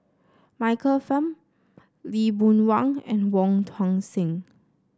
Michael Fam Lee Boon Wang and Wong Tuang Seng